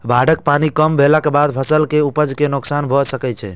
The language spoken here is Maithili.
बाढ़िक पानि कम भेलाक बादो फसल के उपज कें नोकसान भए सकै छै